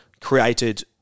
created